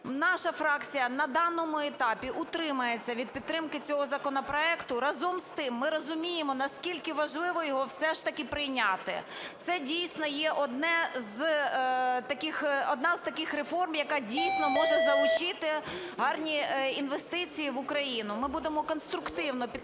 Наша фракція на даному етапі утримається від підтримки цього законопроекту. Разом з тим, ми розуміємо, наскільки важливо його все ж таки прийняти. Це, дійсно, є одна з таких реформ, яка, дійсно, може залучити гарні інвестиції в Україну. Ми будемо конструктивно підтримувати